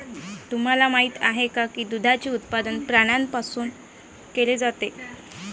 तुम्हाला माहित आहे का की दुधाचे उत्पादन प्राण्यांपासून केले जाते?